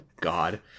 God